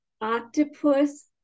octopus